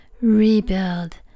rebuild